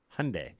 Hyundai